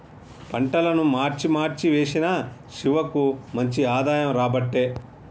పంటలను మార్చి మార్చి వేశిన శివకు మంచి ఆదాయం రాబట్టే